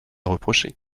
reprocher